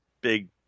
big